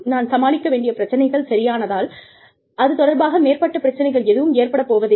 நான் சமாளிக்க வேண்டிய பிரச்சினைகள் சரியானதால் அது தொடர்பாக மேற்பட்ட பிரச்சனைகள் எதுவும் ஏற்படப் போவதில்லை